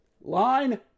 Line